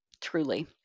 truly